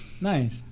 nice